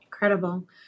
Incredible